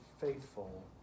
faithful